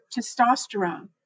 testosterone